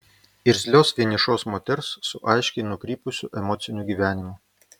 irzlios vienišos moters su aiškiai nukrypusiu emociniu gyvenimu